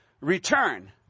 return